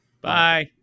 Bye